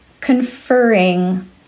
conferring